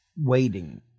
Waiting